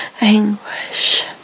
anguish